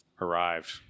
arrived